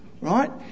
right